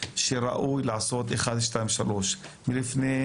שראוי לעשות אחד-שניים-שלוש לפני